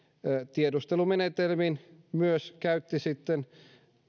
tiedustelumenetelmin myös käytti sitten